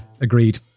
agreed